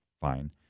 fine